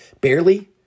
Barely